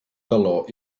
calor